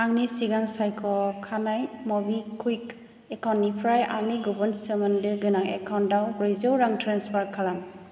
आंनि सिगां सायख'खानाय मबिकुविक एकाउन्टनिफ्राय आंनि गुबुन सोमोनदो गोनां एकाउन्टाव ब्रैजौ रां ट्रेन्सफार खालाम